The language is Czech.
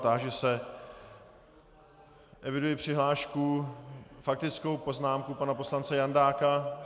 Táži se eviduji přihlášku, faktickou poznámku pana poslance Jandáka.